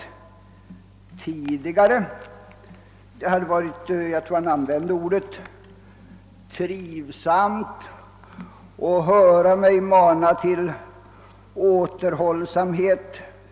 Han hade förut tyckt att det varit trivsamt — jag tror han använde det ordet — att höra mig mana till återhållsamhet.